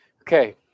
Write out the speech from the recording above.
Okay